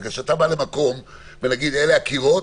בגלל שאתה בא למקום ואלה הקירות,